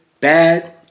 bad